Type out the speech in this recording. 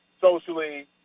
socially